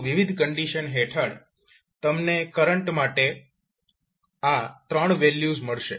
તો વિવિધ કંડીશન હેઠળ તમને કરંટ માટે આ 3 વેલ્યુઝ મળશે